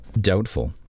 Doubtful